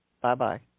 bye-bye